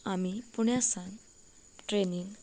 आमी पुण्या सावन ट्रेनीन